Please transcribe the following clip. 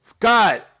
God